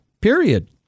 Period